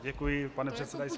Děkuji, pane předsedající.